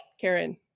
Karen